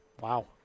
Wow